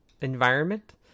environment